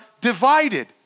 divided